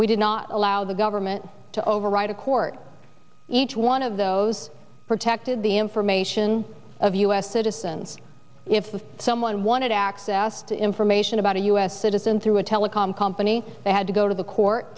we did not allow the government to override a court each one of those protected the information of u s citizens if the someone wanted access to information about a u s citizen through a telecom company they had to go to the court